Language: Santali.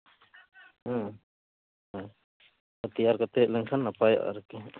ᱦᱩᱸ ᱦᱩᱸ ᱛᱮᱭᱟᱨ ᱠᱟᱛᱮ ᱦᱮᱡ ᱞᱮᱱᱠᱷᱟᱱ ᱱᱟᱯᱟᱭᱚᱜᱼᱟ ᱟᱨᱠᱤ